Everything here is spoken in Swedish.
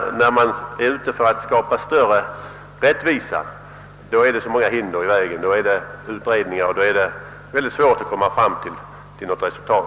gäller att skapa större rättvisa, då ligger det alltid en mängd utredningar och annat som hinder i vägen och det är mycket svårt att nå ett resultat.